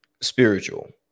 spiritual